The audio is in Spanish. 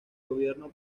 gobierno